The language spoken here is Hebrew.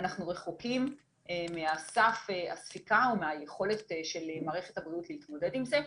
אנחנו רחוקים מסף הספיקה או מהיכולת של מערכת הבריאות להתמודד עם זה,